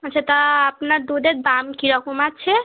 আচ্ছা তা আপনার দুধের দাম কী রকম আছে